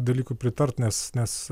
dalykui pritart nes nes